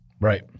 Right